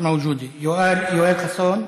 מיש מווג'ודה, יואל חסון,